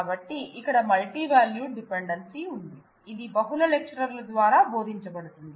కాబట్టి ఇక్కడ multivalued dependency ఉంది ఇది బహుళ లెక్చరర్లు ద్వారా బోధించబడుతుంది